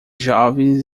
jovens